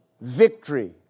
victory